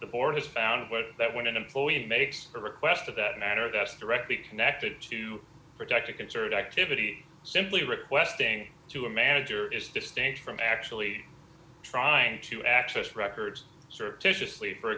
the board is found with that when an employee makes a request for that matter that's directly connected to protect a concert activity simply requesting to a manager is distinct from actually trying to access records surreptitiously for